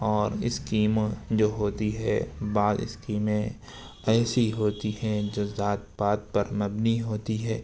اور اسکیم جو ہوتی ہے بعض اسکیمیں ایسی ہوتی ہیں جو ذات پات پر مبنی ہوتی ہے